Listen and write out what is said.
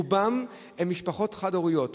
רובם משפחות חד-הוריות,